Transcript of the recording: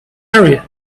area